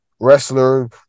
wrestler